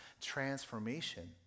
transformation